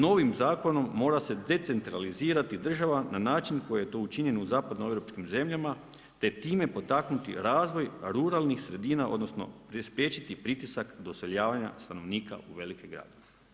Novim zakonom mora se decentralizirati država na način koji je to učinjen u zapadnoeuropskim zemljama te time potaknuti razvoj ruralnih sredina odnosno spriječiti pritisak doseljavanja stanovnika u velike gradove“